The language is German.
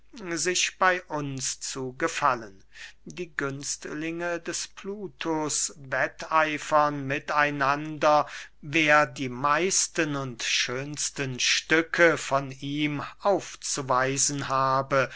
sich bey uns zu gefallen die günstlinge des plutus wetteifern mit einander wer die meisten und schönsten stücke von ihm aufzuweisen habe